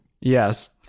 Yes